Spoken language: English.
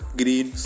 green